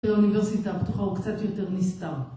זה אוניברסיטה הפתוחה הוא קצת יותר נסתר